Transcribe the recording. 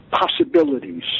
possibilities